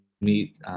meet